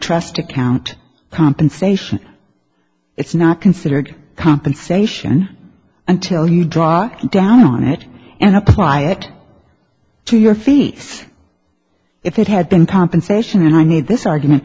trust account compensation it's not considered compensation until you drop down on it and apply it to your thesis if it had been compensation and i need this argument